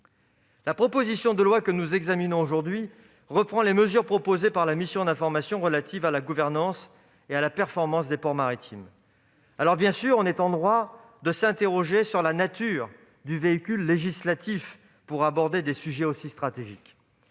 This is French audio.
La proposition de loi que nous examinons aujourd'hui reprend les mesures proposées par la mission d'information relative à la gouvernance et à la performance des ports maritimes. Bien sûr, on est en droit de s'interroger sur la nature de ce véhicule législatif pour aborder des sujets aussi stratégiques.